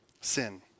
Sin